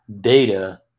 data